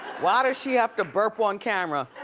why does she have to burp on camera?